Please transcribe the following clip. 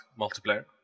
multiplayer